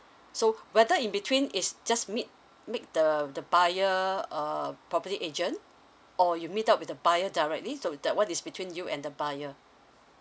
so whether in between is just meet meet the the buyer uh property agent or you meet up with the buyer directly so that one is between you and the buyer